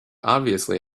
obviously